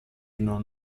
non